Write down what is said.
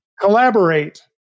Collaborate